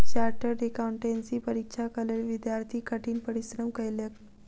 chartered accountancy परीक्षाक लेल विद्यार्थी कठिन परिश्रम कएलक